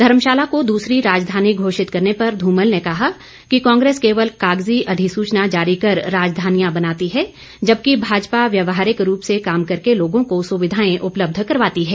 धर्मशाला को दूसरी राजधानी घोषित करने पर धूमल ने कहा कि कांग्रेस केवल कागजी अधिसूचना जारी कर राजधानियां बनाती है जबकि भाजपा व्यवहारिक रूप से काम करके लोगों को सुविधाएं उपलब्ध करवाती हैं